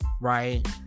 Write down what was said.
right